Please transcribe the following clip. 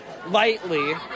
Lightly